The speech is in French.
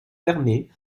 fermé